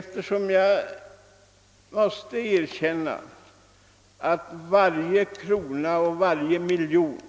Vi behöver varje krona och varje miljon som